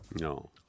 No